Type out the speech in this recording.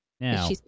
Now